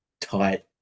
tight